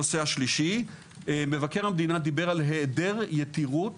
הנושא השלישי, מבקר המדינה דיבר על היעדר יתירות